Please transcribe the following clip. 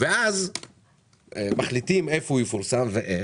ואז מחליטים איפה הוא יפורסם ואיך.